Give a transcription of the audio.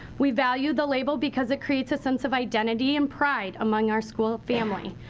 we value the label because it creates a sense of identity and pride among our school family.